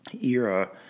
era—